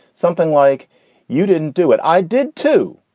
something like you didn't do it. i did, too.